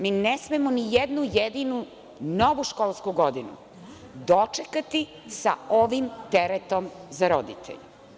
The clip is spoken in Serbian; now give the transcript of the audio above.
Mi ne smemo nijednu jedninu novu školsku godinu dočekati sa ovim teretom za roditelja.